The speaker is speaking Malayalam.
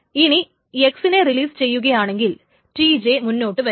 ഇനി x നെ റിലീസ് ചെയ്യുകയാണെങ്കിൽ Tj മുന്നോട്ട് വരും